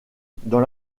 dans